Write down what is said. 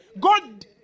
God